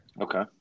Okay